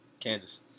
Kansas